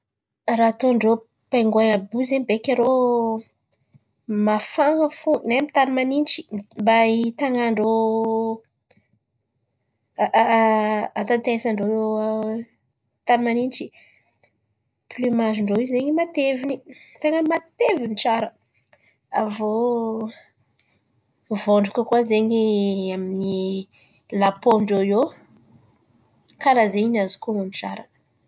Raha ataon̈'irô paingoin àby io beky irô mafana fo ndray amy ny tan̈y manintsy, mba ataondrô, atatesan-drô tan̈y manintsy. Pliomagy ndrô zen̈y mateviny, ten̈a matevin̈y tsara, avy eo vôndraka koa zen̈y amy ny lapo ndrô eo. Karà zen̈y no azoko hon̈ono tsara.